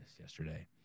yesterday